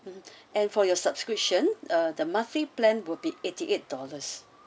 and for your subscription uh the monthly plan will be eighty-eight dollars